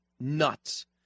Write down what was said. Nuts